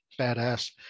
badass